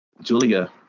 Julia